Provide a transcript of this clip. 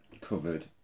covered